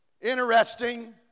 Interesting